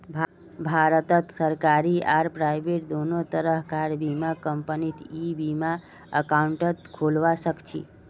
भारतत सरकारी आर प्राइवेट दोनों तरह कार बीमा कंपनीत ई बीमा एकाउंट खोलवा सखछी